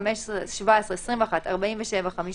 זה יהיה